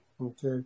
Okay